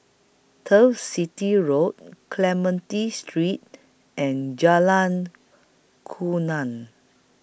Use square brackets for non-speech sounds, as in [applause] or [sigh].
Turf City Road Clementi Street and Jalan [unintelligible]